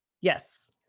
yes